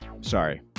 Sorry